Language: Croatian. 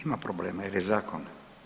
Ima problema jer je zakon.